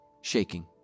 shaking